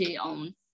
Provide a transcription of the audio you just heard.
on